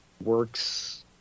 works